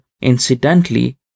incidentally